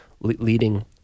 leading